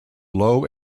low